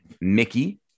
Mickey